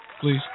please